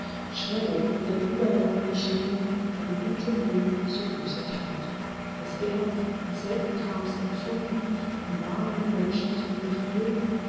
schnell wie der uebergang geschehen von gutem will'n zu böser that was er und selten kam's empfunden an warmem menschlichem gefühl